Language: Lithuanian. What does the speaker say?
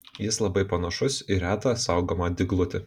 jis labai panašus į retą saugomą dyglutį